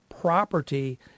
property